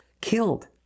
killed